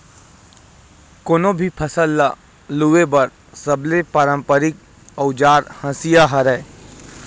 कोनो भी फसल ल लूए बर सबले पारंपरिक अउजार हसिया हरय